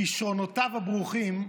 בכישרונותיו הברוכים,